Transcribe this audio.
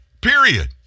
period